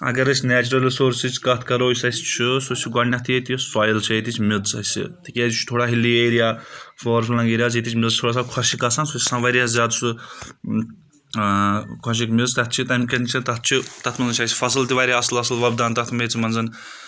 اگر أسۍ نیچرَل رِسورسٕچ کَتھ کَرو یُس اَسہِ چھُ سُہ چھُ گۄڈنؠتھ ییٚتہِ سویِل چھِ ییٚتِچ مِیژٕ اَسہِ تِکیٛازِ یہِ چھُ تھوڑا hilly area far flung areas ییٚتِچ مِژ تھوڑا سا خۄشک گژھان سُہ چھِ آسان واریاہ زیادٕ سُہ خۄشک مِژ تَتھ چھِ تَمہِ کَن چھِ تَتھ چھِ تَتھ منٛز چھِ اَسہِ فَصٕل تہِ واریاہ اَصٕل اَصٕل وۄپدان تَتھ میژٕ منٛز